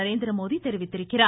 நரேந்திரமோடி தெரிவித்திருக்கிறார்